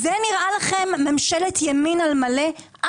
זה נראה לכם ממשלת ימין על מלא?